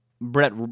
Brett